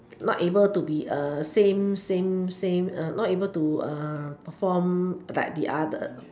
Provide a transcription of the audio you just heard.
not able to be same same same not able to perform like the other